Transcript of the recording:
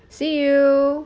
see you